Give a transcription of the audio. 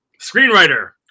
screenwriter